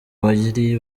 bari